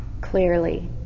clearly